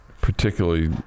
particularly